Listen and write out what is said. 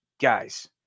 guys